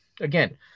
again